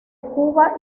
cuba